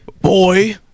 Boy